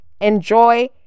enjoy